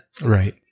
Right